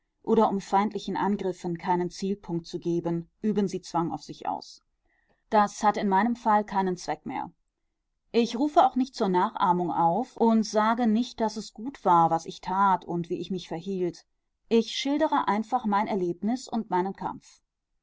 oder um feindlichen angriffen keinen zielpunkt zu geben üben sie zwang auf sich aus das hat in meinem fall keinen zweck mehr ich rufe auch nicht zur nachahmung auf und sage nicht daß es gut war was ich tat und wie ich mich verhielt ich schildere einfach mein erlebnis und meinen kampf